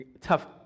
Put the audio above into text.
tough